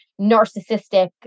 narcissistic